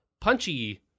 punchy